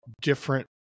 different